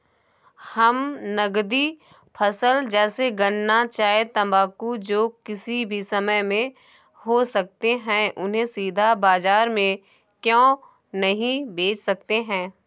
हम नगदी फसल जैसे गन्ना चाय तंबाकू जो किसी भी समय में हो सकते हैं उन्हें सीधा बाजार में क्यो नहीं बेच सकते हैं?